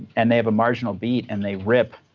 and they have a marginal beat, and they rip